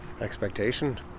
expectation